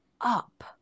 up